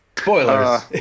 Spoilers